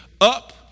up